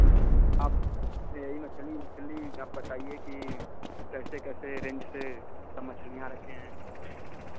अब यह ही मछली वछली आप बताइए कि कैसे कैसे रेंज से सब मछलियाँ रखे हैं